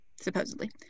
supposedly